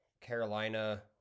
Carolina